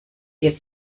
dir